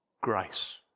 Grace